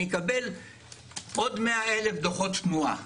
אני אקבל עוד 100,000 דוחות תנועה,